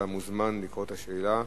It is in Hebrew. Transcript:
אתה מוזמן לקרוא את השאילתא.